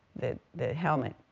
the the helmet.